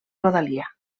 rodalia